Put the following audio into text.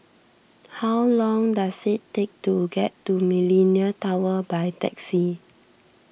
how long does it take to get to Millenia Tower by taxi